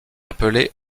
appelée